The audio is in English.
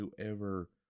whoever